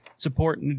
Support